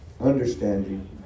Understanding